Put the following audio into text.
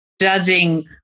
judging